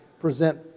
present